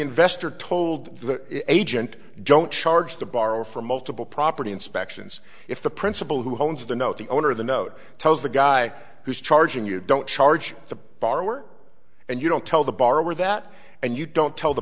investor told the agent don't charge the borrower for multiple property inspections if the principal who owns the note the owner of the note tells the guy who's charging you don't charge the borrower and you don't tell the borrower that and you don't tell the